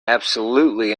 absolutely